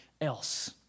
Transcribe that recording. else